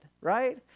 right